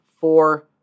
four